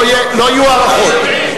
לו, חבר הכנסת נסים,